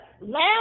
lamb